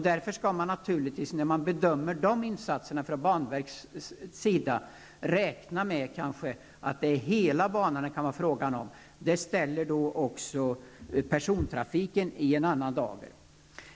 Därför skall man naturligtvis när man bedömer de insatserna från banverkets sida räkna med att det kan vara fråga om hela banan. Det ställer också persontrafiken i en annan dager.